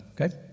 Okay